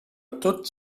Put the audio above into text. tots